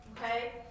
Okay